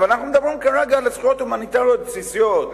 אבל כרגע אנחנו מדברים על זכויות הומניטריות בסיסיות.